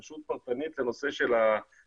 היא פשוט פרטנית לנושא של המשכנתה.